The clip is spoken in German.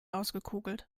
ausgekugelt